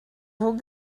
vos